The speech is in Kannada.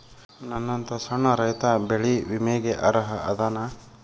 ನನ್ನಂತ ಸಣ್ಣ ರೈತಾ ಬೆಳಿ ವಿಮೆಗೆ ಅರ್ಹ ಅದನಾ?